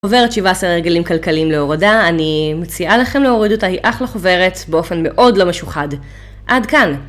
חוברת 17 הרגלים כלכליים להורדה, אני מציעה לכם להוריד אותה, היא אחלה חוברת, באופן מאוד לא משוחד, עד כאן.